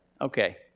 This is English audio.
Okay